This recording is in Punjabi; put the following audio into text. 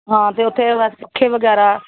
ਹਾਂ ਅਤੇ ਉੱਥੇ ਵੈ ਪੱਖੇ ਵਗੈਰਾ